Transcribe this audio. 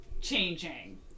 changing